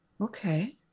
Okay